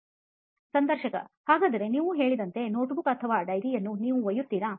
ಸಂದರ್ಶಕ ಹಾಗಾದರೆ ನೀವು ಹೇಳಿದಂತೆ notebook ಅಥವಾ diary ಯನ್ನು ನೀವು ಒಯ್ಯುತ್ತೀರಾ